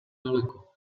daleko